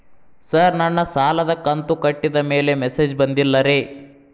sir ನನ್ನ ಸಾಲದ ಕಂತು ಕಟ್ಟಿದಮೇಲೆ ಮೆಸೇಜ್ ಬಂದಿಲ್ಲ ರೇ